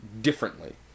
differently